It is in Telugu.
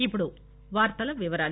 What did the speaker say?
ఇప్పుడు వార్తల వివరాలు